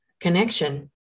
connection